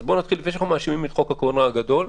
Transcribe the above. אז לפני שאנחנו מאשימים את חוק הקורונה הגדול,